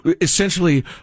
essentially